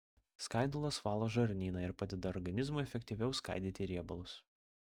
skaidulos valo žarnyną ir padeda organizmui efektyviau skaidyti riebalus